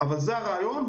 זה הרעיון.